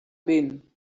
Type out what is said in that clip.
been